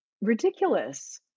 ridiculous